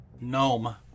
Gnome